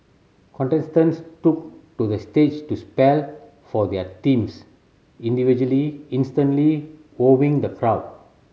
contestants took to the stage to spell for their teams individually instantly wowing the crowd